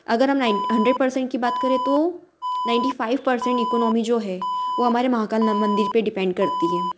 अगर हम nine hundred percent की बात करें तो नाइंटी फाइव परसेंट इकोनामी जो है वह हमारे महाकाल मंदिर पर डिपेंड करती है